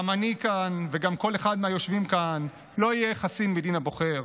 גם אני כאן וגם כל אחד מהיושבים כאן לא יהיה חסין מדין הבוחר.